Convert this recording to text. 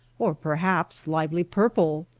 or per haps lively purple.